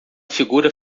figura